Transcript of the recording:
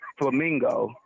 Flamingo